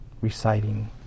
reciting